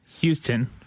Houston